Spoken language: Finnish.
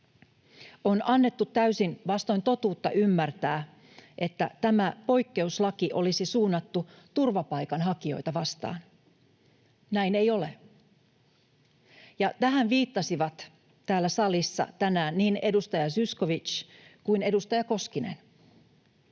On annettu täysin vastoin totuutta ymmärtää, että tämä poikkeuslaki olisi suunnattu turvapaikanhakijoita vastaan. Näin ei ole, ja tähän viittasivat täällä salissa tänään niin edustaja Zyskowicz kuin edustaja Koskinen.